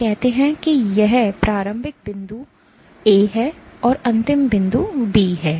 हम कहते हैं कि यह प्रारंभिक बिंदु ए है और यह अंतिम बिंदु बी है